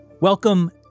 Welcome